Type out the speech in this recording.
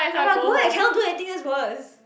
ah but I go home I cannot do anything that's worse